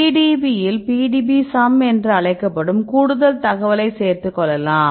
PDB இல் PDBsum என்று அழைக்கப்படும் கூடுதல் தகவலை சேர்த்துக் கொள்ளலாம்